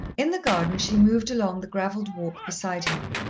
in the garden she moved along the gravelled walk beside him,